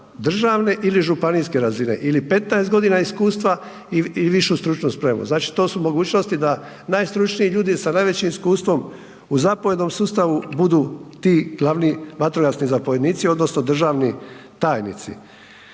državne ili županijske razine ili 15 godina iskustva i višu stručnu spremu. Znači to su mogućnosti da najstručniji ljudi sa najvećim iskustvom u zapovjednom sustavu budu ti glavni vatrogasni zapovjednici odnosno državni tajnici.